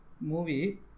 movie